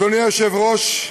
אדוני היושב-ראש,